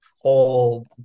whole